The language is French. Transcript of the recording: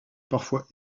parfois